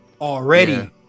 already